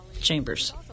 Chambers